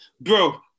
bro